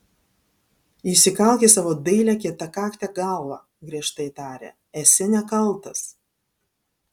įsikalk į savo dailią kietakaktę galvą griežtai tarė esi nekaltas